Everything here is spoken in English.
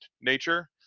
nature